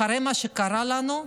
אחרי מה שקרה לנו,